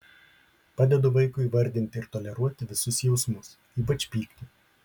padedu vaikui įvardinti ir toleruoti visus jausmus ypač pyktį